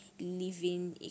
living